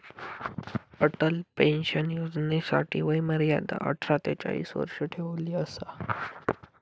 Atal pension योजनेसाठी वय मर्यादा अठरा ते चाळीस वर्ष ठेवली असा